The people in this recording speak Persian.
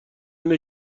اینه